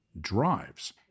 drives